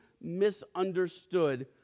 misunderstood